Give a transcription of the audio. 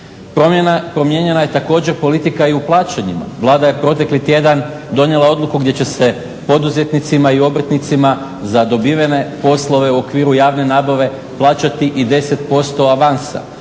Promijenjena je također politika i u plaćanjima. Vlada je protekli tjedan donijela odluku gdje će se poduzetnicima i obrtnicima za dobivene poslove u okviru javne nabave plaćati i 10% avansa,